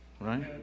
right